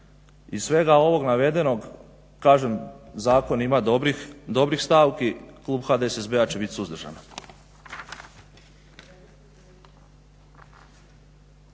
Iz svega ovog navedenog kažem zakon ima dobrih stavki, klub HDSSB-a će biti suzdržan.